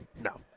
No